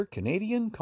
Canadian